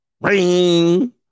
ring